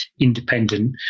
independent